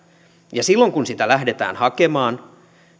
ja silloin kun sitä lähdetään hakemaan